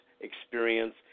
experience